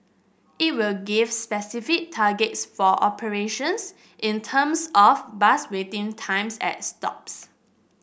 it will give specific targets for operations in terms of bus waiting times at stops